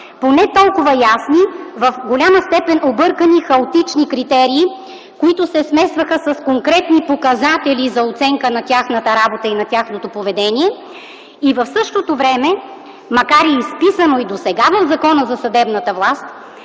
по не толкова ясни, в голяма степен объркани, хаотични критерии, които се смесваха с конкретни показатели за оценка на тяхната работа и на тяхното поведение. В същото време, макар и изписано и досега в Закона за съдебната власт,